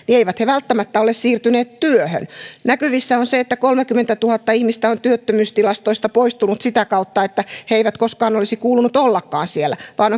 niin eivät he välttämättä ole siirtyneet työhön näkyvissä on se että kolmekymmentätuhatta ihmistä on työttömyystilastoista poistunut sitä kautta että heidän ei koskaan olisi kuulunut ollakaan siellä vaan